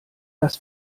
dass